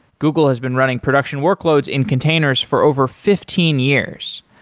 google has been running production workloads in containers for over fifteen years.